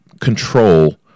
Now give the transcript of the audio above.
control